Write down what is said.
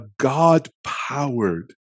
God-powered